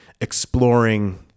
exploring